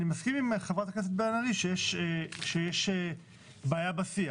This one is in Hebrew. אני מסכים עם חברת הכנסת בן ארי שיש בעיה בשיח,